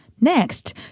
Next